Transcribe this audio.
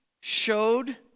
showed